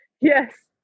Yes